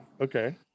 Okay